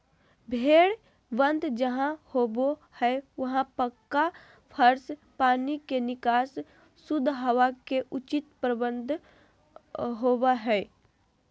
भेड़ वध जहां होबो हई वहां पक्का फर्श, पानी के निकास, शुद्ध हवा के उचित प्रबंध होवअ हई